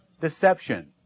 deception